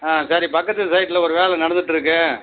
ஆ சரி பக்கத்து சைட்டில் ஒரு வேலை நடந்துகிட்ருக்கு